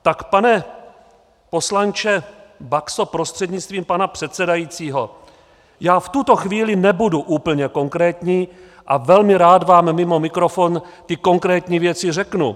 Tak pane poslanče Baxo prostřednictvím pana předsedajícího, já v tuto chvíli nebudu úplně konkrétní a velmi rád vám mimo mikrofon ty konkrétní věci řeknu.